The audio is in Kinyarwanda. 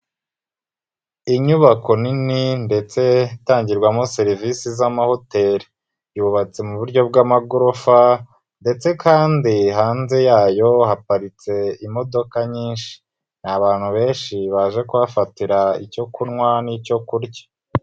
Inyubako nini ndetse itangirwamo serivisi z'amahoteli, yubatse mu buryo bw'amagorofa ndetse kandi hanze yayo haparitse imodoka nyinshi, ni abantu benshi baje kuhafatira icyo kunywa n'icyo kurya.